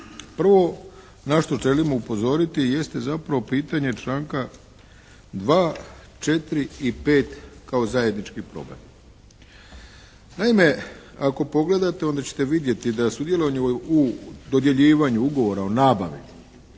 Prvo na što želim upozoriti jeste zapravo pitanje članka 2., 4. i 5. kao zajednički problem. Naime, ako pogledate onda ćete vidjeti da sudjelovanje u dodjeljivanju ugovora o nabavi